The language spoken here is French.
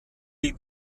les